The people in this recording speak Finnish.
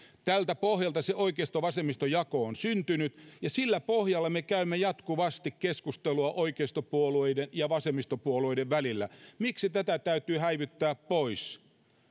tältä pohjalta se oikeisto vasemmisto jako on syntynyt ja sillä pohjalla me käymme jatkuvasti keskustelua oikeistopuolueiden ja vasemmistopuolueiden välillä miksi tätä täytyy häivyttää pois